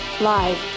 live